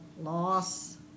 loss